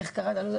איך קראת לו?